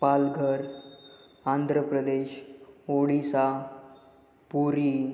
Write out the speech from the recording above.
Palghar Andhra Pradesh Odisha पुरी